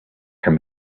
can